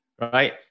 right